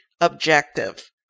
objective